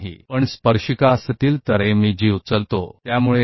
लेकिन अगर स्पर्शरेखा हैं तो एमईजी उठा लेता है